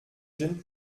gêne